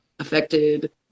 affected